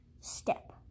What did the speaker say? step